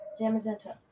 Zamazenta